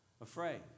afraid